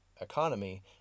economy